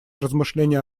размышления